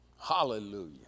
Hallelujah